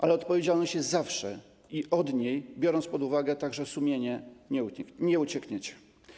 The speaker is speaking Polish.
Ale odpowiedzialność jest zawsze i od niej, biorąc pod uwagę także sumienie, nie uciekniecie.